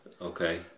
Okay